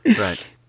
Right